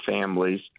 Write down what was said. families